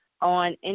on